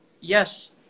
yes